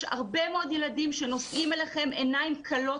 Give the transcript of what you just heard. יש הרבה מאוד ילדים שנושאים אליכם עיניים כלות.